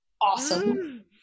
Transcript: Awesome